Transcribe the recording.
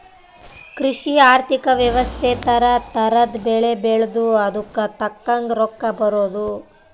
ಕೃಷಿ ಆರ್ಥಿಕ ವ್ಯವಸ್ತೆ ತರ ತರದ್ ಬೆಳೆ ಬೆಳ್ದು ಅದುಕ್ ತಕ್ಕಂಗ್ ರೊಕ್ಕ ಬರೋದು